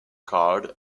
card